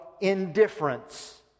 indifference